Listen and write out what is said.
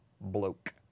Bloke